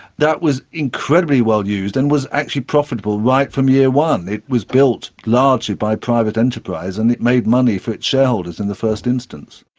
that was incredibly well used and was actually profitable right from year one. it was built largely by a private enterprise and it made money for its shareholders in the first instance.